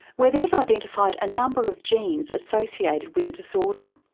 where they've identified a number of genes associated with the disorder.